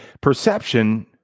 Perception